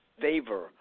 favor